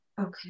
Okay